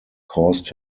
caused